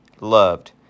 loved